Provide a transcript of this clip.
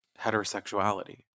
heterosexuality